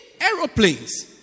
aeroplanes